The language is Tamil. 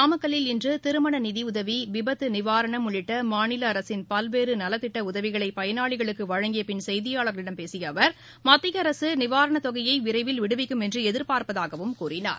நாமக்கல்லில் இன்று திருமண நிதியுதவி விபத்து நிவாரணம் உள்ளிட்ட மாநில அரசின் பல்வேறு நலத்திட்ட உதவிகளை பயனாளிகளுக்கு வழங்கிய பின் செய்தியாளர்களிடம் பேசிய அவர் மத்தியஅரசு நிவாரணத்தொகையை விரைவில் விடுவிக்கும் என்று எதிர்பார்ப்பதாகவும் கூறினார்